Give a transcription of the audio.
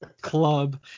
club